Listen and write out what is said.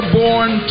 born